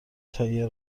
تایر